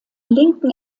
linken